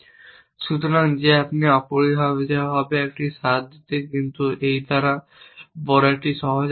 সুতরাং যে আপনি অপরিহার্যভাবে একটি স্বাদ পেতে কিন্তু এই দ্বারা এবং বড় একটি সহজ অ্যালগরিদম